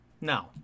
no